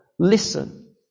Listen